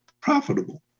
profitable